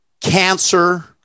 cancer